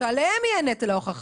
שעליהם יהיה נטל ההוכחה.